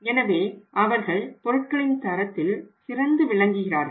எனவே அவர்கள் பொருட்களின் தரத்தில் சிறந்து விளங்குகிறார்கள்